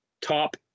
top